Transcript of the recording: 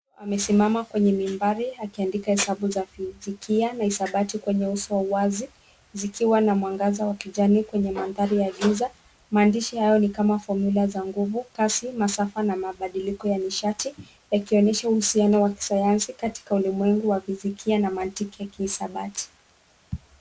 Amesimama kwenye mimbari akiiandika hesabu na kuisoma kwenye ubao wazi. Mwanga wa jua unamuangaza kutoka kwenye dirisha lililo karibu. Maneno hayo yanaonekana kama fomula za hesabu, zikiwemo masafa na mabadiliko ya nishati, zikionyesha mtazamo wa kisayansi na mantiki katika uelewa wa masuala ya hisabati na sayansi.